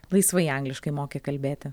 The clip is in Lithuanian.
laisvai angliškai moki kalbėti